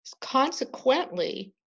consequently